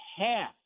half